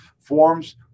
forms